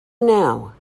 now